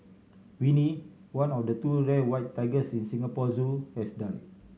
Winnie one of two rare white tigers in Singapore Zoo has died